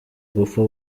gupfa